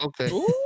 Okay